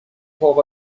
فوق